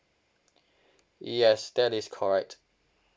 yes that is correct